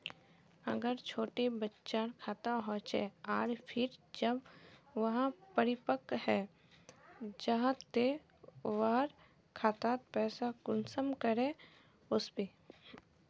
अगर छोटो बच्चार खाता होचे आर फिर जब वहाँ परिपक है जहा ते वहार खातात पैसा कुंसम करे वस्बे?